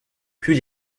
plus